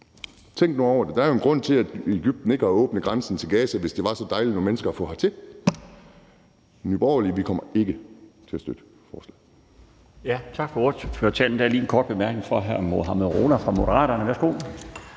Tænk nu over det. Der er jo en grund til, at Egypten ikke har åbnet grænsen til Gaza – altså hvis det var så dejlige mennesker at få hertil. Nye Borgerlige kommer ikke til at støtte forslaget.